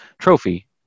Trophy